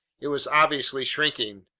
it was obviously shrinking,